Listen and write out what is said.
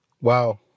wow